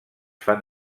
fan